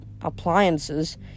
appliances